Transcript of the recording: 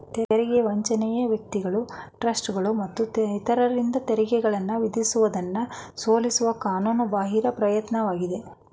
ತೆರಿಗೆ ವಂಚನೆ ವ್ಯಕ್ತಿಗಳು ಟ್ರಸ್ಟ್ಗಳು ಮತ್ತು ಇತರರಿಂದ ತೆರಿಗೆಗಳನ್ನ ವಿಧಿಸುವುದನ್ನ ಸೋಲಿಸುವ ಕಾನೂನು ಬಾಹಿರ ಪ್ರಯತ್ನವಾಗಿದೆ